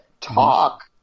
talk